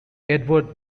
edward